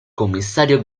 commissario